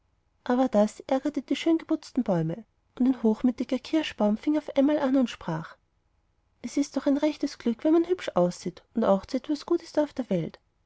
aber das ärgerte die schön geputzten bäume und ein hochmütiger kirschbaum fing auf einmal an und sprach es ist doch ein rechtes glück wenn man hübsch aussieht und auch zu etwas gut ist in der welt